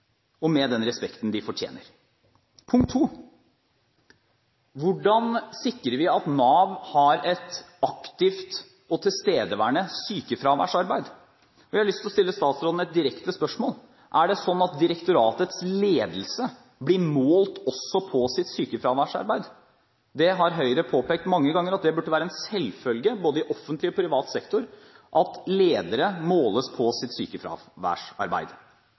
og med den respekten de fortjener? Punkt 2: Hvordan sikrer vi at Nav har et aktivt og tilstedeværende sykefraværsarbeid? Jeg har lyst til å stille statsråden et direkte spørsmål: Er det slik at direktoratets ledelse blir målt også på sitt sykefraværsarbeid? Høyre har mange ganger påpekt at det burde være en selvfølge både i offentlig og privat sektor at ledere måles på sitt sykefraværsarbeid.